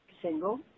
single